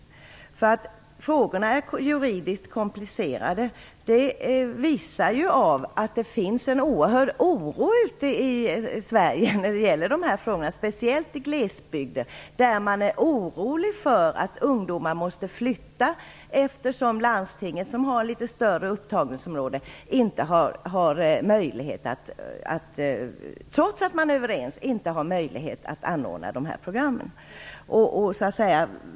Att dessa frågor är juridiskt komplicerade visas också av att det finns en stor oro ute i landet, speciellt i glesbygden. Där är man orolig för att ungdomen måste flytta eftersom landstingen, som har litet större upptagningsområden, inte har möjlighet att anordna dessa program trots att landsting och kommun är överens.